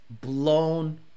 Blown